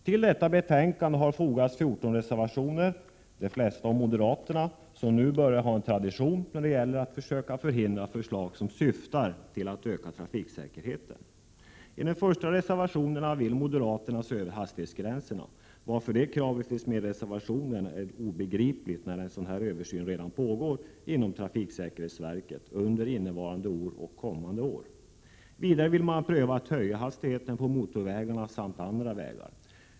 Till detta betänkande har fogats 14 reservationer. De flesta har avgivits av moderaterna, som nu börjar få en tradition när det gäller att försöka förhindra genomförandet av förslag som syftar till att öka trafiksäkerheten. Enligt reservation 1 vill moderaterna se över hastighetsgränserna. Varför det kravet finns med i reservationen är obegripligt, när en sådan här översyn redan pågår inom trafiksäkerhetsverket under innevarande år och skall fortsätta under kommande år. Vidare vill man pröva en höjning av hastigheten på motorvägarna samt andra vägar.